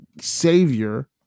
savior